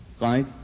Right